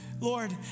Lord